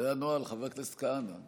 חבר הכנסת כהנא.